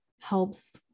helps